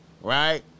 Right